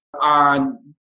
on